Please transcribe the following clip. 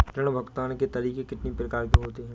ऋण भुगतान के तरीके कितनी प्रकार के होते हैं?